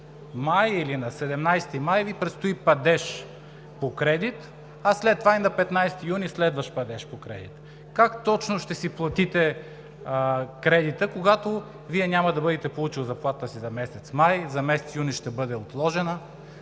май или на 17 май Ви предстои падеж по кредит, а след това и на 15 юни следващ падеж по кредит. Как точно ще си платите кредита, когато Вие няма да сте получил заплатата си за месец май, за месец юни ще бъде отложена?